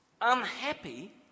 Unhappy